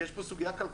כי יש פה סוגיה כלכלית.